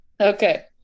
Okay